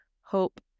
hope